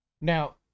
Now